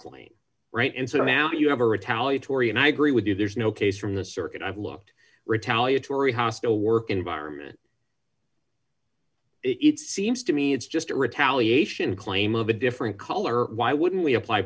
calling right and so now you have a retaliatory and i agree with you there is no case from the circuit i've looked retaliatory hostile work environment it seems to me it's just a retaliation claim of a different color why wouldn't we apply